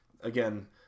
Again